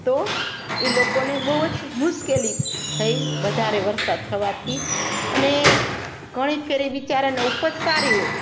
તો એ લોકોને બહુજ મુશ્કેલી થઈ વધારે વરસાદ થવાથી અને ઘણીફેરે બિચારાને ઉપજ સારી હોય